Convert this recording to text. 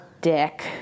Dick